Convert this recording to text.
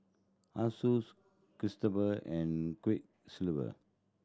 Asus Chipster and Quiksilver